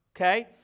Okay